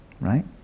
right